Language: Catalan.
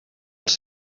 els